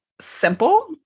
simple